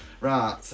Right